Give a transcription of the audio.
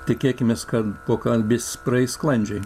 tikėkimės kad pokalbis praeis sklandžiai